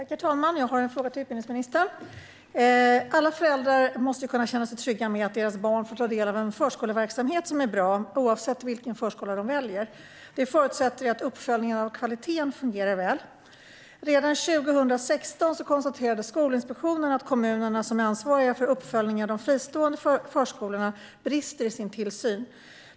Herr talman! Jag har en fråga till utbildningsministern. Alla föräldrar måste kunna känna sig trygga med att deras barn får ta del av en förskoleverksamhet som är bra oavsett vilken förskola de väljer. Det förutsätter att uppföljningen av kvaliteten fungerar väl. Redan 2016 konstaterade Skolinspektionen att kommunerna, som är ansvariga för uppföljningen av de fristående förskolorna, brister i sin tillsyn.